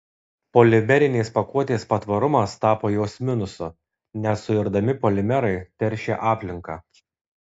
polimerinės pakuotės patvarumas tapo jos minusu nesuirdami polimerai teršia aplinką